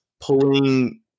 pulling